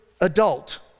adult